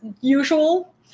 usual